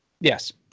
Yes